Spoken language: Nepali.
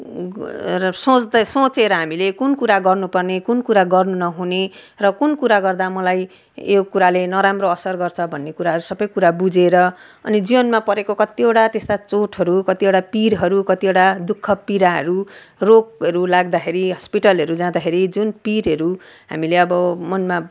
सोच्दा सोचेर हामीले कुन कुरा गर्नु पर्ने कुन कुरा गर्न नहुने र कुन कुरा गर्दा मलाई यो कुराले नराम्रो असर गर्छ भन्ने कुराहरू सब कुरा बुझेर अनि जीवनमा परेको कतिवटा त्यस्ता चोटहरू कतिवटा पिरहरू कतिवटा दुःख पीडाहरू रोगहरू लाग्दाखेरि हस्पिटलहरू जाँदाखेरि जुन पिरहरू हामीलाई अब मनमा